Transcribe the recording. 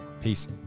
Peace